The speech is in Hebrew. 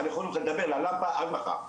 אני יכול לדבר ל'למפה' עד מחר,